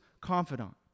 confidant